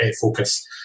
focus